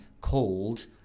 called